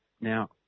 Now